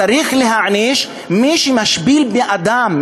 צריך להעניש מי שמשפיל אדם,